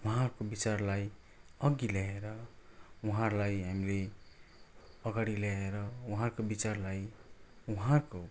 उहाँहरूको विचारलाई अघि ल्याएर उहाँहरूलाई हामीले अगाडि ल्याएर उहाँहरूको विचारलाई उहाँको